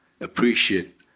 appreciate